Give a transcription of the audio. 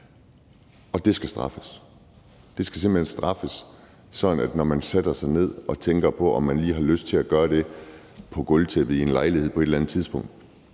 Det skal straffes, det skal simpelt hen straffes, sådan at når man sætter sig ned og tænker på, om man lige har lyst til at gøre det på gulvtæppet i en lejlighed på et eller andet tidspunkt,